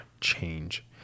change